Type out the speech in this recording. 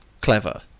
clever